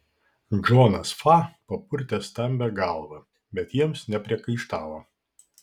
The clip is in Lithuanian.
džonas fa papurtė stambią galvą bet jiems nepriekaištavo